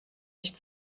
nicht